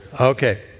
Okay